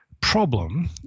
Problem